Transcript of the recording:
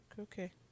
Okay